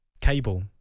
cable